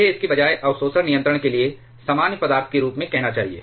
मुझे इसके बजाय अवशोषण नियंत्रण के लिए सामान्य पदार्थ के रूप में कहना चाहिए